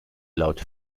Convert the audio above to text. laut